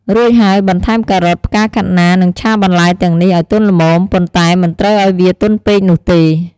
រួចហើយបន្ថែមការ៉ុត ផ្កាខាត់ណា និងឆាបន្លែទាំងនេះឱ្យទន់ល្មម ប៉ុន្តែមិនត្រូវឱ្យវាទន់ពេកនោះទេ។